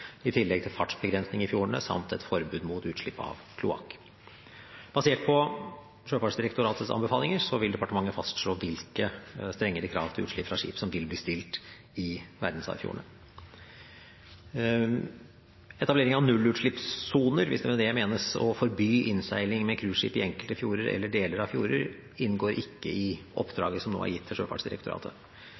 i tillegg til fartsbegrensning i fjordene samt et forbud mot utslipp av kloakk. Basert på Sjøfartsdirektoratets anbefalinger vil departementet fastslå hvilke strengere krav til utslipp fra skip som vil bli stilt i verdensarvfjordene. Etablering av nullutslippssoner – hvis det med det menes å forby innseiling med cruiseskip i enkelte fjorder eller deler av fjorder – inngår ikke i oppdraget som nå er gitt til Sjøfartsdirektoratet.